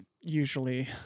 usually